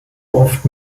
oft